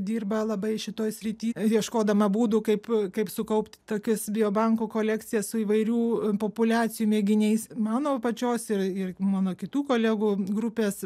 dirba labai šitoj srity ieškodama būdų kaip kaip sukaupti tokias biobankų kolekcijas su įvairių populiacijų mėginiais mano pačios ir ir mano kitų kolegų grupės